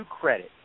credit